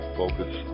focus